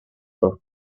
for